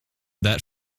that